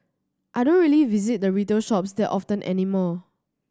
I don't really visit the retail shops that often anymore